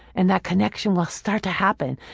and that connection will start to happen,